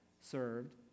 Served